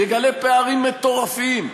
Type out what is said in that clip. יגלה פערים מטורפים,